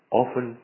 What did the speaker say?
often